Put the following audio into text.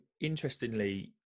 interestingly